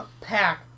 pack